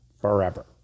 forever